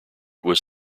was